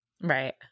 Right